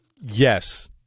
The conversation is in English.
yes